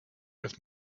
with